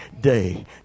day